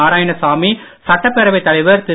நாராயணசாமி சட்டப்பேரவைத் தலைவர் திரு